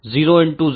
S21